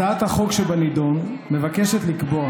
הצעת החוק שבנדון מבקשת לקבוע